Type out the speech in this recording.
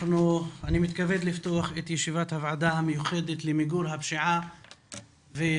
אני מתכבד לפתוח את ישיבת הוועדה המיוחדת למיגור הפשיעה והאלימות.